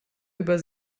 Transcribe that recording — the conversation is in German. über